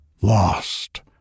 lost